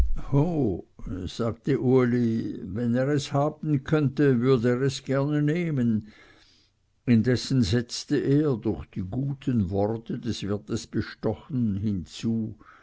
sagte uli wenn er es haben könnte würde er es gerne nehmen indessen setzte er durch die guten worte des wirts bestochen hinzu